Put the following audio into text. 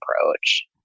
approach